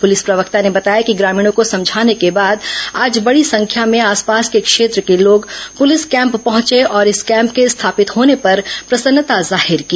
police प्रवक्ता ने बताया कि ग्रामीणों को समझाने के बाद आज बड़ी संख्या में आसपास के क्षेत्र के लोग पुलिस कैम्प पहंचे और इस कैम्प के स्थापित होने पर प्रसन्नता जाहिर की